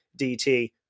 DT